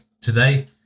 today